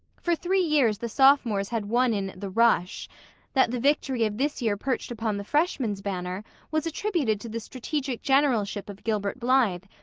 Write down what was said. for three years the sophomores had won in the rush that the victory of this year perched upon the freshmen's banner was attributed to the strategic generalship of gilbert blythe,